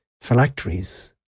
phylacteries